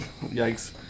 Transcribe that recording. Yikes